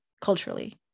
culturally